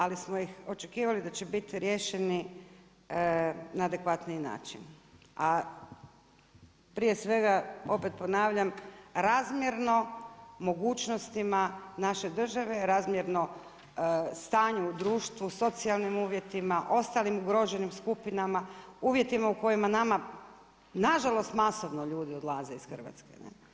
Ali smo ih očekivali da će biti riješeni na adekvatniji način, a prije svega opet ponavljam razmjerno mogućnostima naše države, razmjerno stanju u društvu, socijalnim uvjetima, ostalim ugroženim skupinama, uvjetima u kojima nama na žalost masovno ljudi odlaze iz Hrvatske.